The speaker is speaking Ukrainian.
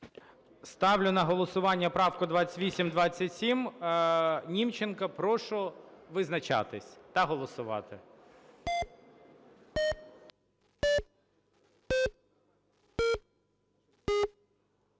Ставлю на голосування правку 2824. Прошу визначатись та голосувати.